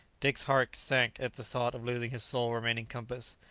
dick's heart sank at the thought of losing his sole remaining compass,